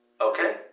Okay